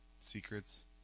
secrets